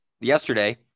yesterday